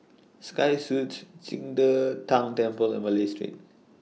Sky Suites Qing De Tang Temple and Malay Street